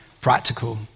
practical